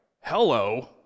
Hello